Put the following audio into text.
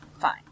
fine